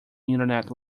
internet